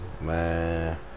Man